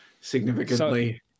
significantly